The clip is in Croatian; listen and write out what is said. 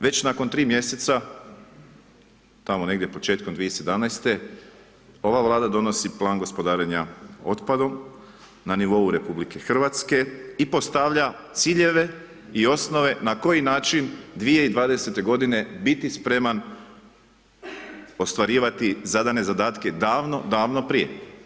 Već nakon tri mjeseca, tamo negdje početkom 2017. ova Vlada donosi Plan gospodarenja otpadom na nivou RH i postavlja ciljeve i osnove na koji način 2020. g biti spreman ostvarivati zadane zadatke davno, davno prije.